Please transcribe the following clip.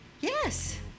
Yes